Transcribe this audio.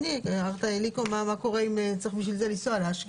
ומצד שני העיר אליקו ושאל מה קורה אם צריך לשם כך לנסוע לאשקלון.